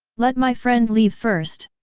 let my friend leave first!